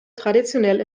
traditionell